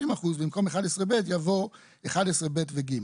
במקום "11(ב)" יבוא "11(ב) ו-(ג)".